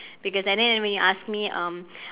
because and then when you ask me um